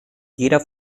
jeder